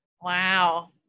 Wow